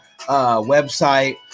website